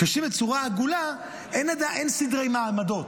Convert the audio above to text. כשיושבים בצורה עגולה אין סדרי מעמדות.